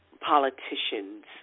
politician's